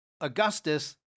Augustus